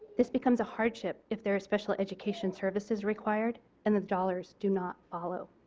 this becomes a hardship if there are special education services required and the dollars do not follow.